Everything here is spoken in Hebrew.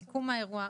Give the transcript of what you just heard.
מיקום האירוע.